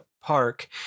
park